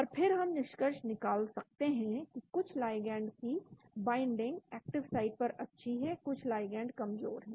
और फिर हम निष्कर्ष निकाल सकते हैं कि कुछ लाइगैंड की बाइंडिंग एक्टिव साइट पर अच्छी है कुछ लाइगैंड कमजोर है